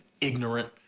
ignorant